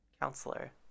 counselor